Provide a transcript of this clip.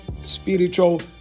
spiritual